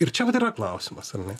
ir čia vat yra klausimas ar ne